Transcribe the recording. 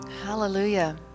Hallelujah